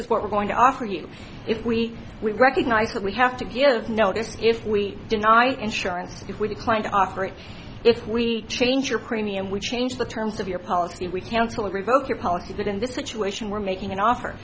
is what we're going to offer you if we we recognize that we have to give notice if we deny insurance if we do find operate it we change your premium we change the terms of your policy we cancel revoke your policy but in this situation we're making an offer